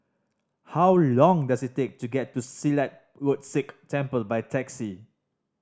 how long does it take to get to Silat Road Sikh Temple by taxi